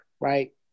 right